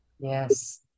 Yes